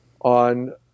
on